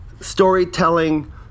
storytelling